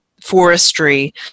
forestry